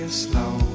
slow